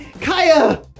Kaya